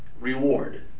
Reward